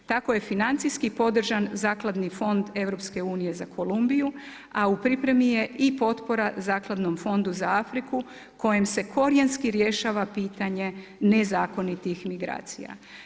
Tako je financijski podržan zakladni fond EU za Komumbiju a u pripremi je i potpora Zakladnom fondu za Afriku kojim se korijenski rješava pitanje nezakonitih migracija.